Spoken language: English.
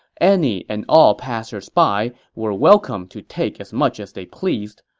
any and all passers-by were welcome to take as much as they pleased,